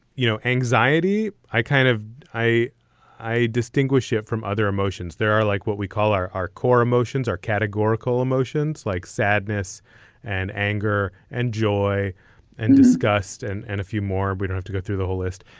you know, anxiety. i kind of i i distinguish it from other emotions there are like what we call our our core emotions are categorical emotions like sadness and anger and joy and disgust and and a few more. we don't have to go through the whole list.